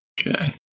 Okay